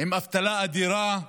עם אבטלה אדירה,